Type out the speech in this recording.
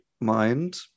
mind